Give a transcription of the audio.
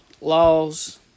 laws